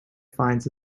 fines